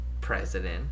president